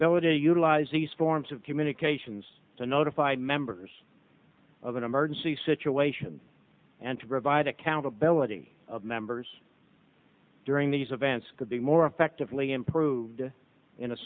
ability to utilize these forms of communications to notify members of an emergency situation and to provide accountability of members during these events could be more effectively improved in a